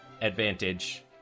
advantage